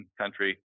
country